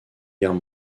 guerre